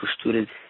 students